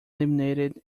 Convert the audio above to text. eliminated